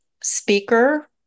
speaker